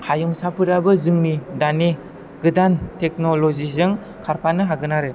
हायुंसाफोराबो जोंनि दानि गोदान टेक्न'लजिजों खारफानो हागोन आरो